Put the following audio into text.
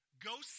Go